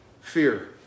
fear